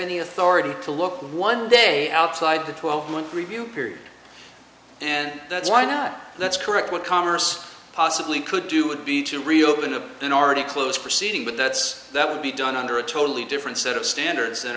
any authority to look one day outside the twelve month review period and that's why not that's correct what commerce possibly could do would be to reopen up an already closed proceeding but that's that would be done under a totally different set of standards